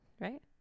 right